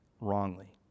wrongly